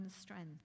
strength